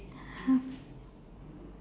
!huh!